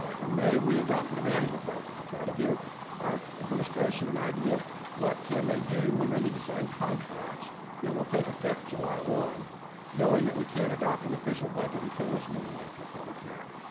ah in may, we adopted a management budget to try to give our administration an idea of what can they do when they need to sign contracts that will take effect july one knowing that we can't adopt an official budget until this meeting after a public hearing.